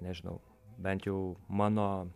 nežinau bent jau mano